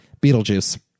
beetlejuice